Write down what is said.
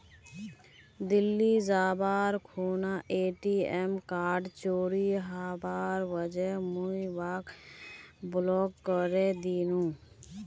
दिल्ली जबार खूना ATM card चोरी हबार वजह मुई वहाक ब्लॉक करे दिनु